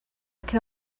can